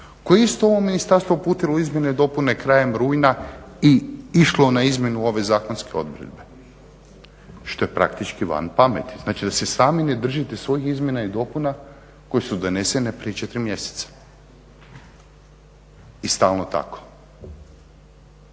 je isto ovo ministarstvo uputilo u izmjene i dopune krajem rujna i išlo na izmjenu ove zakonske odredbe, što je praktički van pameti. Znači da se sami ne držite svojih izmjena i dopuna koje su donesene prije 4 mjeseca i stalno tako.